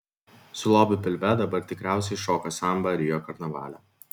su lobiu pilve dabar tikriausiai šoka sambą rio karnavale